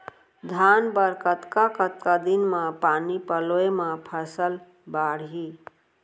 धान बर कतका कतका दिन म पानी पलोय म फसल बाड़ही?